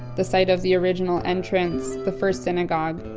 the site of the original entrance, the first synagogue.